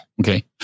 Okay